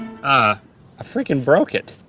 ah ah freaking broke it.